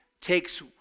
takes